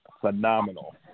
phenomenal